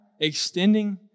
extending